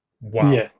Wow